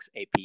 AP